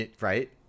right